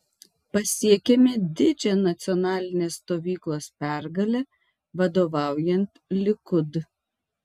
pasiekėme didžią nacionalinės stovyklos pergalę vadovaujant likud